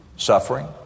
suffering